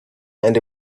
and